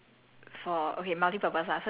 I would have this